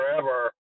forever